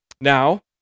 Now